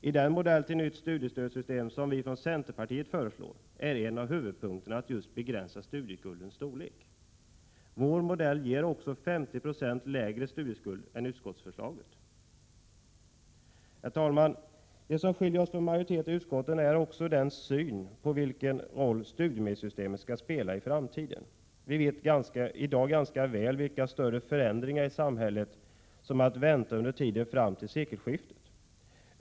I den modell till nytt studiestödssystem som vi från centerpartiet föreslår är en av huvudpunkterna just att begränsa studieskuldernas storlek. Vår modell ger också ca 50 90 lägre studieskuld än utskottets förslag. Herr talman! Det som skiljer oss från majoriteten i utskottet är också synen på vilken roll studiemedelssystemet skall spela i framtiden. Vi vet i dag ganska väl vilka större förändringar i samhället som är att vänta under tiden fram till sekelskiftet.